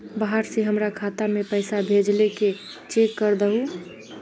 बाहर से हमरा खाता में पैसा भेजलके चेक कर दहु?